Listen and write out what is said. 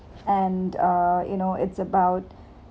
and uh you know it's about